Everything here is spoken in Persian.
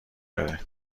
داره